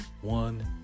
one